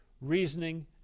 reasoning